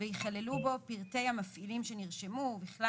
וייכללו בו פרטי המפעילים שנרשמו ובכלל